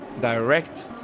direct